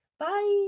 Bye